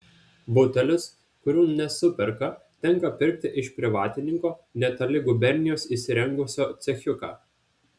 butelius kurių nesuperka tenka pirkti iš privatininko netoli gubernijos įsirengusio cechiuką